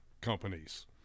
companies